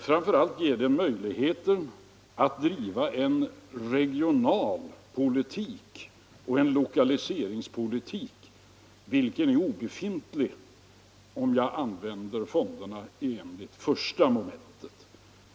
Framför allt ger det en möjlighet att driva regionalpolitik och lokaliseringspolitik, en möjlighet som är obefintlig om jag använder fonderna enligt första momentet.